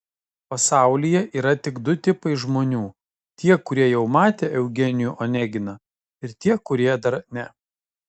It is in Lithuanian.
pasaulyje yra tik du tipai žmonių tie kurie jau matė eugenijų oneginą ir tie kurie dar ne